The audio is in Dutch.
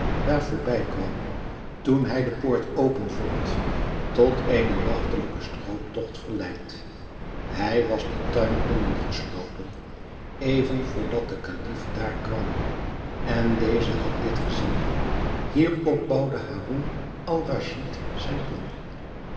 voorbij kwam toen hij de poort open vond tot eenen nachtelijken strooptocht verleid hij was den tuin binnen geslopen even voor dat de kalif daar kwam en deze had dit gezien hierop bouwde haroun-al-raschid zijn plan